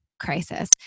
crisis